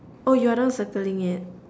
oh you are the one circling it